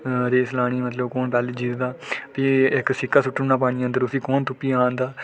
race लानी मतलब कु'न पैह्ले जित्तदा फ्ही इक सिक्का सु'ट्टुना पानियै अंदर उसी कु'न तुप्पी आह्नदा